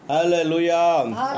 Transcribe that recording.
Hallelujah